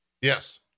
Yes